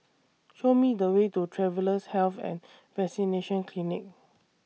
Show Me The Way to Travellers' Health and Vaccination Clinic